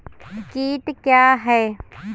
कीट क्या है?